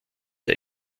die